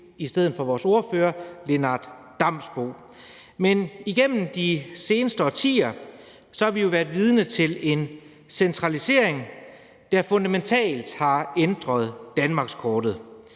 standin for vores ordfører, Lennart Damsbo-Andersen. Igennem de seneste årtier har vi jo været vidne til en centralisering, der fundamentalt har ændret danmarkskortet.